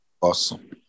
Awesome